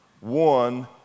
One